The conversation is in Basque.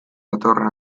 datorren